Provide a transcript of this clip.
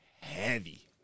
heavy